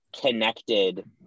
connected